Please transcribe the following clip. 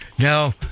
Now